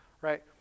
right